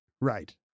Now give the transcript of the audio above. Right